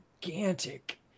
gigantic